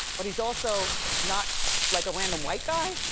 but he's also not like a random white guy.